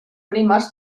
primes